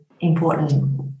important